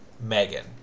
Megan